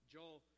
Joel